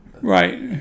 Right